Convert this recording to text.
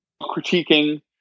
critiquing